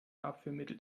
abführmittel